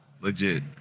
legit